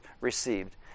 received